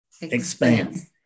expand